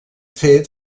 fet